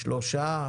שלושה?